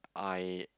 I